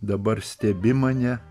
dabar stebi mane